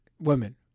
women